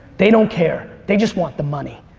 they don't care. they just want the money.